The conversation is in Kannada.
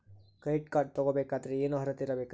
ಕ್ರೆಡಿಟ್ ಕಾರ್ಡ್ ತೊಗೋ ಬೇಕಾದರೆ ಏನು ಅರ್ಹತೆ ಇರಬೇಕ್ರಿ?